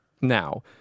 now